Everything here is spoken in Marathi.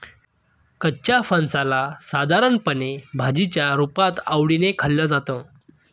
कच्च्या फणसाला साधारणपणे भाजीच्या रुपात आवडीने खाल्लं जातं